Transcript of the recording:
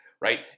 right